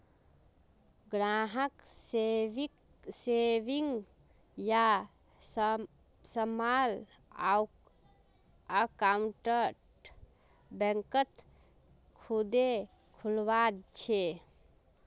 ग्राहक सेविंग या small account बैंकत खुदे खुलवा छे